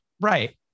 Right